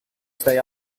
they